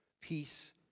peace